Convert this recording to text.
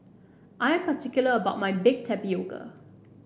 I am particular about my Baked Tapioca